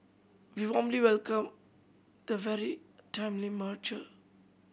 we warmly welcome the very timely merger